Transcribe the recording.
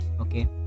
okay